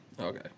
Okay